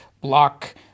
block